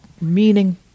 meaning